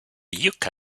yucca